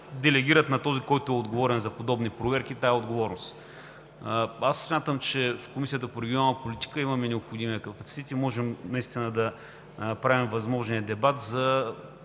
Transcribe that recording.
делегират на този, който е отговорен за подобни проверки, тази отговорност. Смятам, че в Комисията по регионална политика и благоустройство имаме необходимия капацитет и можем наистина да правим възможния дебат,